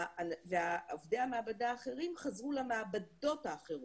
ועובדי המעבדה האחרים חזרו למעבדות שלהם,